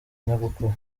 nyogokuru